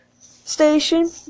station